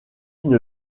une